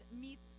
meets